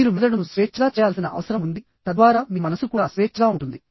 మీరు మెదడును స్వేచ్ఛగా చేయాల్సిన అవసరం ఉంది తద్వారా మీ మనస్సు కూడా స్వేచ్ఛగా ఉంటుంది